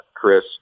Chris